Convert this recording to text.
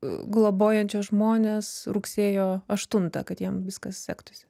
globojančios žmones rugsėjo aštuntą kad jiem viskas sektųsi